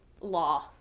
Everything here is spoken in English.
law